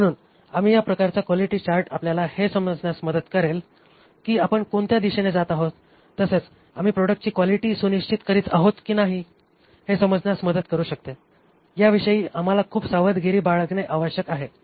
म्हणून आम्ही या प्रकारचा क्वालिटी चार्ट आपल्याला हे समजायला मदत करेल की आपण कोणत्या दिशेने जात आहोत तसेच आम्ही प्रॉडक्टची क्वालिटी सुनिश्चित करीत आहोत की नाही हे समजण्यास मदत करू शकते याविषयी आम्हाला खूप सावधगिरी बाळगणे आवश्यक आहे